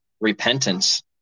repentance